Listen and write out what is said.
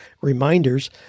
reminders